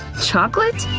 chocolate?